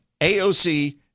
AOC